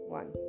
one